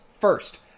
First